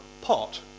pot